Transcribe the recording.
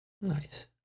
Nice